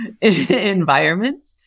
environment